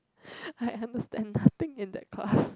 I understand nothing in that class